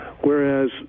whereas